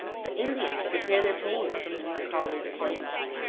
the indians prepare their paints from these colored clays.